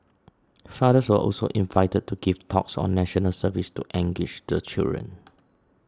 fathers were also invited to give talks on National Service to engage the children